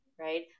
right